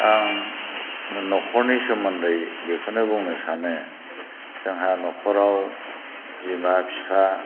आं न'खरनि सोमोन्दोयै बेखौनो बुंनो सानो जोंहा न'खराव बिमा बिफा